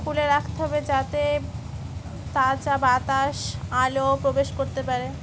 খুলে রাখতে হবে যাতে তাজা বাতাস আলো প্রবেশ করতে পারে